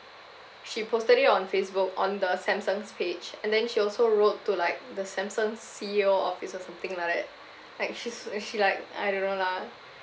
she posted it on facebook on the samsung's page and then she also wrote to like the samsung's C_E_O office or something like that like she's so uh she like I don't know lah